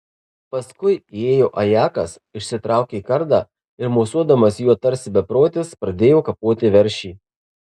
paskui įėjo ajakas išsitraukė kardą ir mosuodamas juo tarsi beprotis pradėjo kapoti veršį